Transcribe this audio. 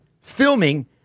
filming